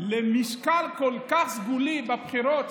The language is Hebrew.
למשקל כל כך סגולי בבחירות,